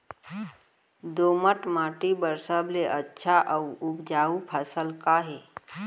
दोमट माटी बर सबले अच्छा अऊ उपजाऊ फसल का हे?